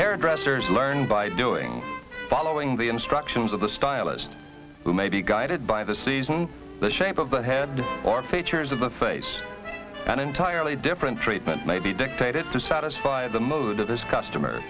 hairdressers learn by doing following the instructions of the stylist who may be guided by the season the shape of the head or features of the face an entirely different treatment may be dictated to satisfy the mood of his customer